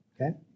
okay